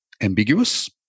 ambiguous